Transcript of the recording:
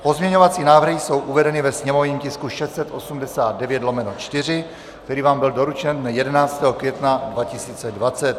Pozměňovací návrhy jsou uvedeny ve sněmovním tisku 689/4, který vám byl doručen dne 11. května 2020.